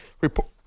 report